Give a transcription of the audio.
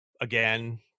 again